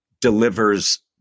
delivers